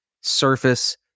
surface